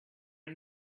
and